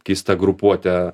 keista grupuote